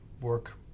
work